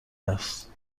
است